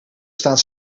staan